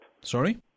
Sorry